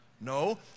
No